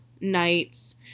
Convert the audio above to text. nights